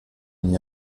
n’y